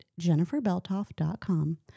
jenniferbeltoff.com